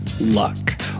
luck